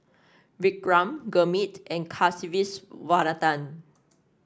Vikram Gurmeet and Kasiviswanathan